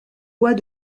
voies